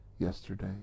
Yesterday